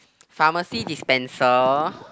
pharmacy dispenser